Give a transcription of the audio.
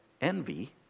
envy